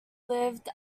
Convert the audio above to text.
lived